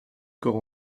corps